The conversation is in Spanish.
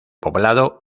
poblado